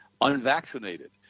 unvaccinated